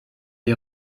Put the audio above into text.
les